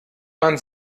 man